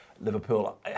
Liverpool